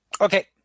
Okay